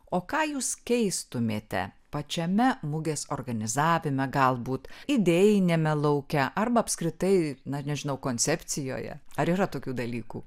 o ką jūs keistumėte pačiame mugės organizavime galbūt idėjiniame lauke arba apskritai net nežinau koncepcijoje ar yra tokių dalykų